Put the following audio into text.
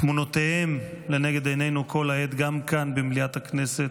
תמונותיהם לנגד עינינו כל העת גם כאן במליאת הכנסת.